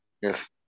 Yes